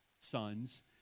sons